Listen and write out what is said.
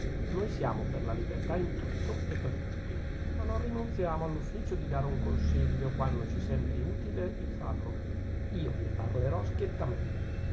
noi siamo per la libertà in tutto e per tutti ma non rinunziamo all'ufficio di dare un consiglio quando ci sembri utile il farlo io le parlerò schiettamente